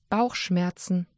Bauchschmerzen